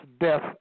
death